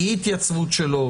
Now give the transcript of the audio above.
אי התייצבות שלו